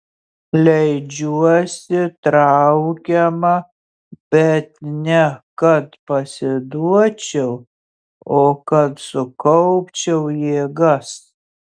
leidžiuosi traukiama bet ne kad pasiduočiau o kad sukaupčiau jėgas